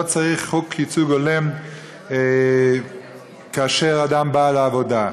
לא צריך חוק ייצוג הולם כאשר אדם בא לעבודה.